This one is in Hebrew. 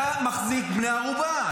אתה מחזיק בני ערובה.